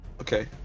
Okay